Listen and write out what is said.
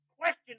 Question